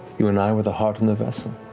you and i were the heart and the vessel.